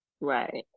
Right